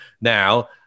now